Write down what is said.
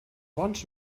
bons